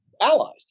allies